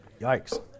Yikes